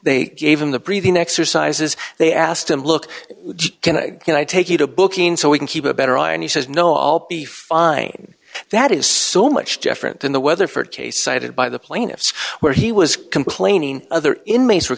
they gave him the breathing exercises they asked him look can i take you to a booking so we can keep a better eye and he says no i'll be fine that is so much different than the weatherford case cited by the plaintiffs where he was complaining other inmates